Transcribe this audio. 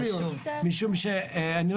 משום שאני,